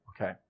Okay